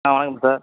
ஆ வணக்கம் சார்